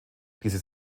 diese